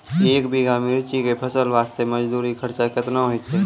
एक बीघा मिर्ची के फसल वास्ते मजदूरी खर्चा केतना होइते?